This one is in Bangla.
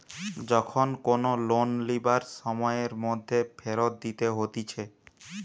যখন কোনো লোন লিবার সময়ের মধ্যে ফেরত দিতে হতিছে